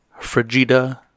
Frigida